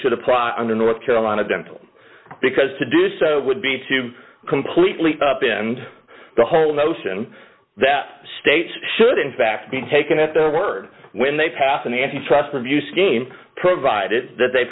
should apply under north carolina dental because to do so would be to completely bend the whole notion that states should in fact be taken at their word when they pass an anti trust review scheme provided that they